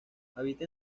habita